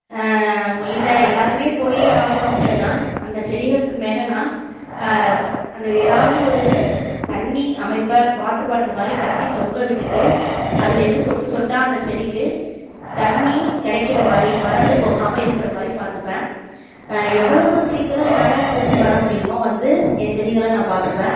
இல்லை எல்லாேருமே போயே ஆகணும் அப்படின்னா அந்த செடிகளுக்கு மேலே நான் அந்த ஏதாவது ஒரு தண்ணி அமைப்பை வாட்டர் பாட்டில் மாதிரி கட்டி தொங்க விட்டுவிட்டு அதிலேந்து சொட்டு சொட்டாக அந்த செடிக்கு தண்ணி கிடைக்குற மாதிரி வறண்டு போகாமல் இருக்கிற மாதிரி பார்த்துப்பேன் எவ்வளவு சீக்கிரம் என்னால் திரும்பி வர முடியுமோ வந்து என் செடிகளை நான் பார்த்துப்பேன்